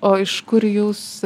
o iš kur jūs